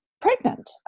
pregnant